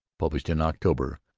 published in october,